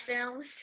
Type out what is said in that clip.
Films